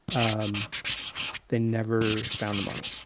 um they never found the money.